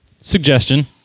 suggestion